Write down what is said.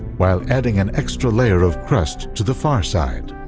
while adding an extra layer of crust to the far side.